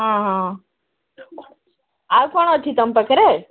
ହଁ ହଁ ଆଉ କ'ଣ ଅଛି ତମ ପାଖରେ